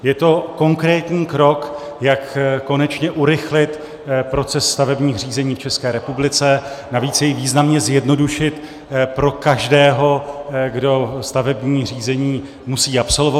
Je to konkrétní krok, jak konečně urychlit proces stavebních řízení v České republice, navíc jej významně zjednodušit pro každého, kdo stavební řízení musí absolvovat.